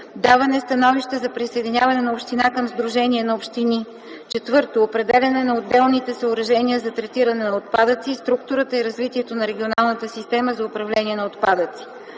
даване становище за присъединяване на община към сдружение на общини; 4. определяне на отделните съоръжения за третиране на отпадъци, структурата и развитието на регионалната система за управление на отпадъци;